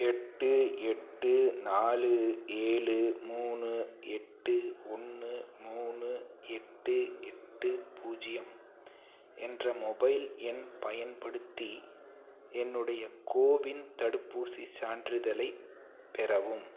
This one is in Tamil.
எட்டு எட்டு நாலு ஏழு மூணு எட்டு ஒன்று மூணு எட்டு எட்டு பூஜ்ஜியம் என்ற மொபைல் எண் பயன்படுத்தி என்னுடைய கோவின் தடுப்பூசிச் சான்றிதழைப் பெறவும்